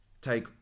take